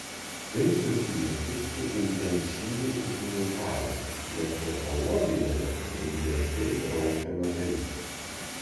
tai susiję tik su intensyviu ūkininkavimu nes ekologiniame tai griežtai draudžiama daryti